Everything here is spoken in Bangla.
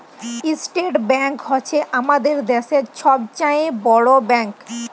ইসটেট ব্যাংক হছে আমাদের দ্যাশের ছব চাঁয়ে বড় ব্যাংক